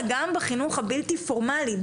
אלא גם בחינוך הבלתי פורמלי,